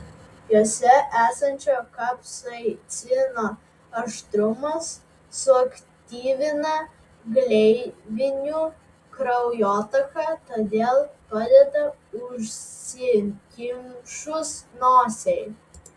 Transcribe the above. jose esančio kapsaicino aštrumas suaktyvina gleivinių kraujotaką todėl padeda užsikimšus nosiai